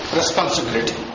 responsibility